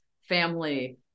family